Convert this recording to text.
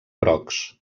grocs